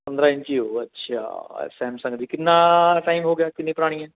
ਪੰਦਰਾਂ ਇੰਚੀ ਹੋਊ ਅੱਛਾ ਸੈਮਸੰਗ ਦੀ ਕਿੰਨਾ ਟਾਈਮ ਹੋ ਗਿਆ ਕਿੰਨੀ ਪੁਰਾਣੀ ਹੈ